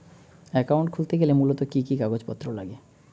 Account খুলতে গেলে মূলত কি কি কাগজপত্র লাগে?